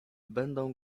będą